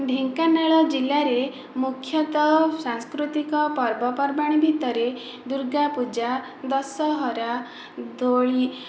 ଢେଙ୍କାନାଳ ଜିଲ୍ଲାରେ ମୁଖ୍ୟତଃ ସାସ୍କୃତିକ ପର୍ବପର୍ବାଣି ଭିତରେ ଦୁର୍ଗାପୂଜା ଦଶହରା ଦୋଳି